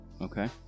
Okay